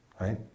Right